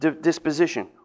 disposition